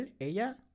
ella